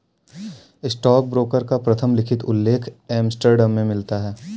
stockbroker का प्रथम लिखित उल्लेख एम्स्टर्डम में मिलता है